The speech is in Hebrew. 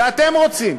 זה אתם רוצים.